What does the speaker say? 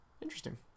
Interesting